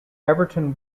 everton